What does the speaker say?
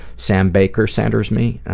sam baker centers me.